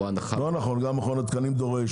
לא נכון, גם מכון התקנים דורש.